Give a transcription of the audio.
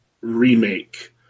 remake